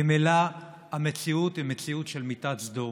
ממילא המציאות היא מציאות של מיטת סדום.